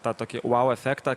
tą tokį vau efektą